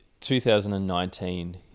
2019